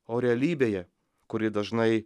o realybėje kuri dažnai